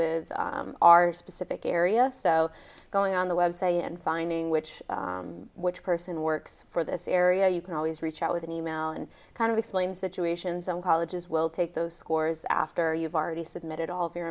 with our specific area so going on the web say and finding which which person works for this area you can always reach out with an e mail and kind of explain situations and colleges will take those scores after you've already submitted all of your